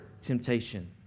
temptation